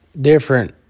different